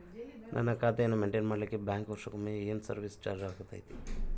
ನನ್ನ ಖಾತೆಯನ್ನು ಮೆಂಟೇನ್ ಮಾಡಿಲಿಕ್ಕೆ ಬ್ಯಾಂಕ್ ವರ್ಷಕೊಮ್ಮೆ ಏನು ಸರ್ವೇಸ್ ಚಾರ್ಜು ಹಾಕತೈತಿ?